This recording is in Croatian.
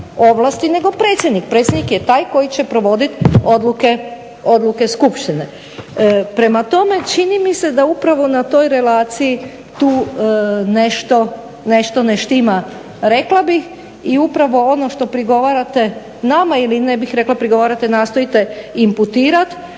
nego predsjednik. Predsjednik je taj koji će provoditi odluke Skupštine. Prema tome, čini mi se da upravo na toj relaciji tu nešto ne štima, rekla bih. I upravo ono što prigovarate nama ili ne bih rekla prigovarate, nastojite imputirat